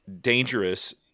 dangerous